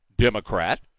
Democrat